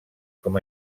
com